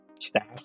staff